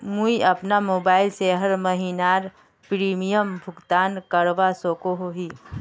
मुई अपना मोबाईल से हर महीनार प्रीमियम भुगतान करवा सकोहो ही?